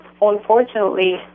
Unfortunately